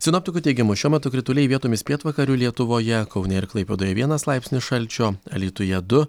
sinoptikų teigimu šiuo metu krituliai vietomis pietvakarių lietuvoje kaune ir klaipėdoje vienas laipsnis šalčio alytuje du